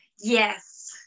Yes